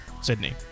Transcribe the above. Sydney